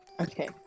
Okay